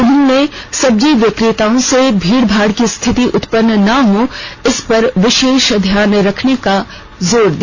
उन्होंने सब्जी बिक्रेताओं से भीड़ भाड़ की स्थिति उत्पन्न न हो इसका विशेष ध्यान रखने पर जोर दिया